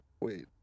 Wait